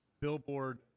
Billboard